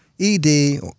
ED